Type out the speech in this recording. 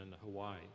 Hawaii